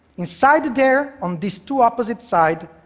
inside there, on these two opposite sides,